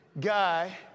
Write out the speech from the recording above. guy